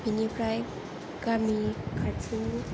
बिनिफ्राय गामि खाथिनि